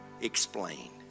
explain